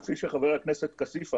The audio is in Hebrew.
כפי שחבר הכנסת כסיף אמר,